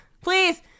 Please